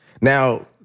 Now